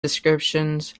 descriptions